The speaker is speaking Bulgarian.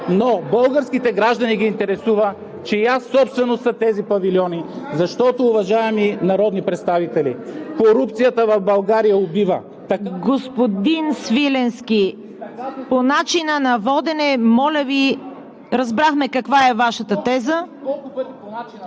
но българските граждани ги интересува чия собственост са тези павилиони, защото, уважаеми народни представители, корупцията в България убива. ПРЕДСЕДАТЕЛ ЦВЕТА КАРАЯНЧЕВА: Господин Свиленски, по начина на водене, моля Ви! Разбрахме каква е Вашата теза.